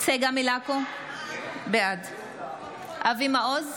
בעד אבי מעוז,